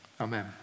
Amen